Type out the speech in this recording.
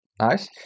nice